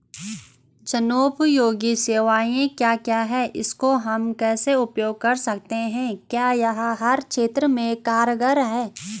जनोपयोगी सेवाएं क्या क्या हैं इसको हम कैसे उपयोग कर सकते हैं क्या यह हर क्षेत्र में कारगर है?